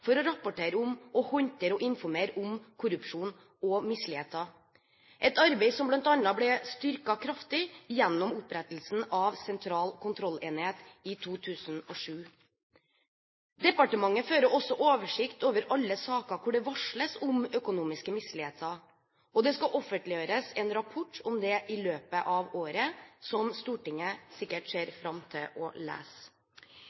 rapportere, håndtere og informere om korrupsjon og misligheter – et arbeid som bl.a. ble styrket kraftig gjennom opprettelsen av Sentral kontrollenhet i 2007. Departementet fører også oversikt over alle saker hvor det varsles om økonomiske misligheter, og det skal offentliggjøres en rapport om det i løpet av året, som Stortinget sikkert